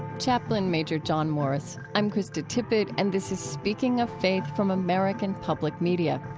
chaplain major john morris. i'm krista tippett, and this is speaking of faith from american public media.